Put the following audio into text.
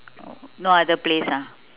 no other place ah